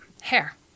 hair